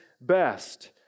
best